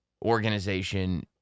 organization